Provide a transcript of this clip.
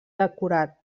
decorat